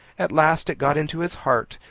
at last, it got into his heart,